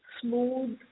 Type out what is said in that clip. smooth